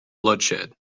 bloodshed